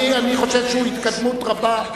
אני חושב שהוא התקדמות רבה,